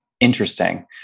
Interesting